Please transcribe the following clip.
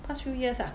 past few years ah